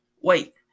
Wait